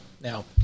Now